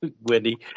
Wendy